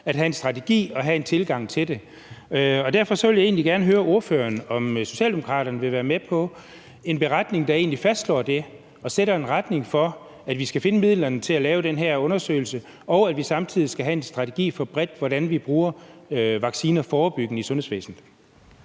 at have en strategi og have en tilgang til det. Derfor vil jeg egentlig gerne høre ordføreren, om Socialdemokraterne vil være med på en beretning, der fastslår det og sætter en retning for at finde midlerne til at lave den her undersøgelse og samtidig få en bred strategi for, hvordan vi bruger vacciner forebyggende i sundhedsvæsenet.